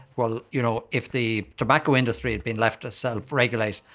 well, you know, if the tobacco industry had been left to self-regulate,